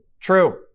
True